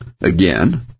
Again